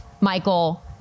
Michael